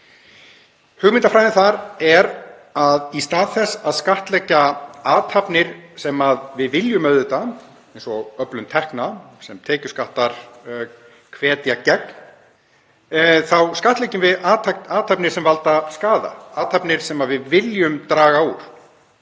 Hugmyndafræðin þar er að í stað þess að skattleggja athafnir, sem við viljum auðvitað, eins og öflun tekna sem tekjuskattar vinna gegn, þá skattleggjum við athafnir sem valda skaða, athafnir sem við viljum draga úr.